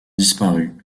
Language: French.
disparu